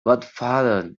godfather